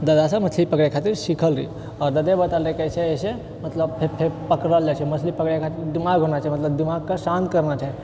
दादासँ मछली पकड़ै खातिर सिखल रहिऐ आओर दादे बताएल रहै कि ऐसे ऐसे मतलब फेर पकड़ल जाइ छै मछली पकड़ै खातिर दिमाग होना चाही मतलब दिमागके शान्त करना चाही